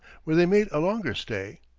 where they made a longer stay.